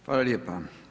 Hvala lijepa.